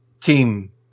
team